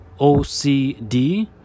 OCD